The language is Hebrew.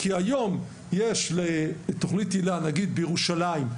כי היום יש לתוכנית היל"ה, נגיד בירושלים,